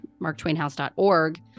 marktwainhouse.org